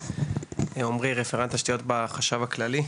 אני רפרנט תשתיות בחשב הכללי.